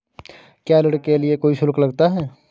क्या ऋण के लिए कोई शुल्क लगता है?